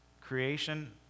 creation